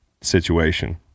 situation